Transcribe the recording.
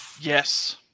Yes